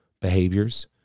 behaviors